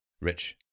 rich